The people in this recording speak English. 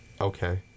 Okay